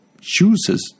chooses